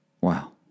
Wow